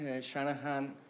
Shanahan